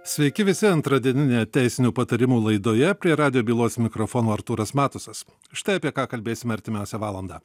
sveiki visi antradieninėje teisinių patarimų laidoje prie radijo bylos mikrofono artūras matusas štai apie ką kalbėsime artimiausią valandą